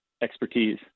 expertise